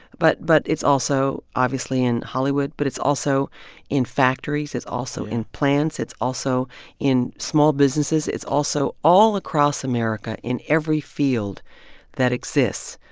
but but it's also obviously in hollywood, but it's also in factories. it's also. yeah. in plants. it's also in small businesses. it's also all across america in every field that exists.